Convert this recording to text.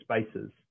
spaces